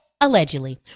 allegedly